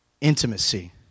intimacy